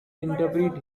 interpret